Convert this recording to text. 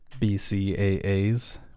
BCAAs